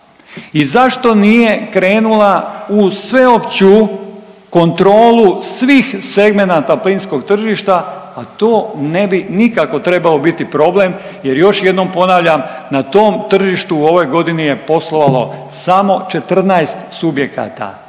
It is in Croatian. i zašto nije krenula u sveopću kontrolu svih segmenata plinskog tržišta, a to ne bi nikako trebao biti problem jer još jednom ponavljam na tom tržištu u ovoj godini je poslovalo samo 14 subjekata,